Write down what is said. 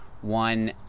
one